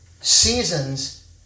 seasons